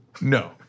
No